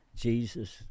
Jesus